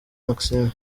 maxime